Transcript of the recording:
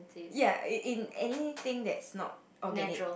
ya in in anything that is not organic